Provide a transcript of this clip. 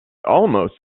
almost